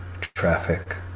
traffic